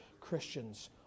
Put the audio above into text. Christians